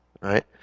right